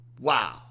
Wow